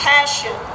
Passion